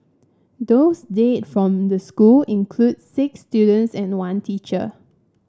those dead from the school include six students and one teacher